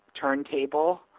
turntable